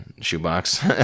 shoebox